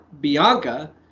Bianca